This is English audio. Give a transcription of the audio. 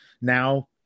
Now